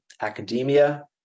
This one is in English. academia